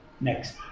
Next